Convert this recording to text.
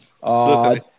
Listen